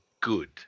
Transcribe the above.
good